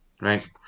right